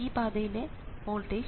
ഈ പാതയിലെ voltage VTEST3 ആണ്